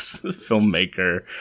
filmmaker